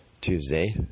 Tuesday